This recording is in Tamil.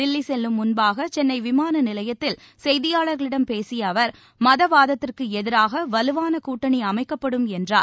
தில்விசெல்லும் முன்பாகசென்னைவிமானநிலையத்தில் செய்தியாளர்களிடம் பேசியஅவர் மதவாதத்திற்குஎதிராகவலுவானகூட்டணிஅமைக்கப்படும் என்றார்